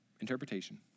interpretation